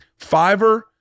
Fiverr